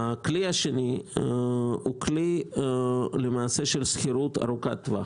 הכלי השני הוא כלי למעשה של שכירות ארוכת טווח